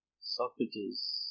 Socrates